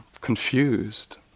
confused